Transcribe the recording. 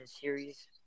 series